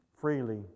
Freely